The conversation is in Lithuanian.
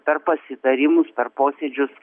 per pasitarimus per posėdžius